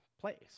place